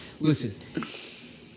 listen